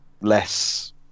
less